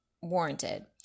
warranted